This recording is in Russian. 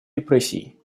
репрессий